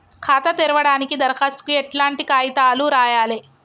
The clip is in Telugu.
ఖాతా తెరవడానికి దరఖాస్తుకు ఎట్లాంటి కాయితాలు రాయాలే?